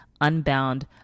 unbound